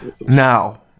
Now